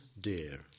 dear